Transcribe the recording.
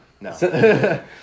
no